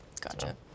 Gotcha